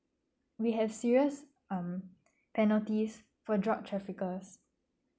we have serious um penalties for drug traffickers